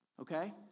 Okay